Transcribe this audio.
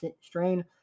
strain